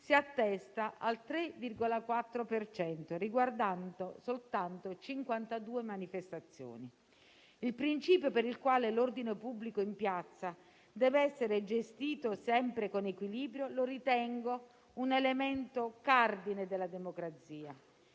si attesta al 3,4 per cento, riguardando soltanto 52 manifestazioni. Il principio per il quale l'ordine pubblico in piazza deve essere gestito sempre con equilibrio lo ritengo un elemento cardine della democrazia.